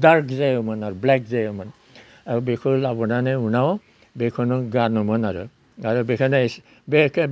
dark जायोमोन आरो black जायोमोन बेखौ लाबोनानै उनाव बेखौनो गानोमोन आरो आरो बेखायनो